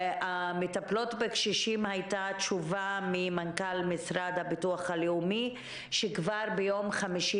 לגבי המטפלות בקשישים הייתה תשובה ממנכ"ל הביטוח הלאומי שכבר ביום חמישי